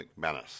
McManus